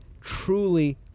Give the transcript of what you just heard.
truly